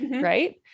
right